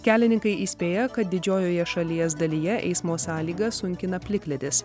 kelininkai įspėja kad didžiojoje šalies dalyje eismo sąlygas sunkina plikledis